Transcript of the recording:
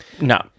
No